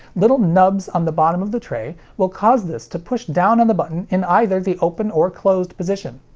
little nubs on the bottom of the tray will cause this to push down on the button in either the open or closed position.